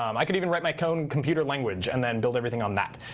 um i could even write my code in computer language and then build everything on that.